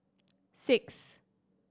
six